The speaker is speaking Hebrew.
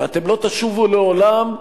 ואתם לא תשובו לעולם,